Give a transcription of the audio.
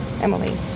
emily